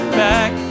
back